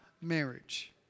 marriage